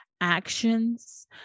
actions